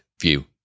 view